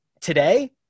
today